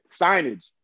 Signage